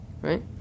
right